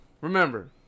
Remember